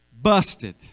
busted